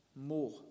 more